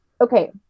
Okay